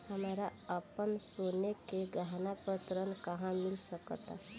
हमरा अपन सोने के गहना पर ऋण कहां मिल सकता?